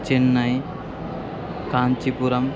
Chennai Kanchipuram